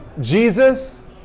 Jesus